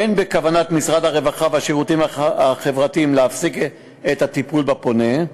אין בכוונת משרד הרווחה והשירותים החברתיים להפסיק את הטיפול בפונה.